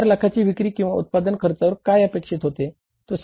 4 लाखाची विक्री किंवा उत्पादन खर्चांवर काय अपेक्षित होते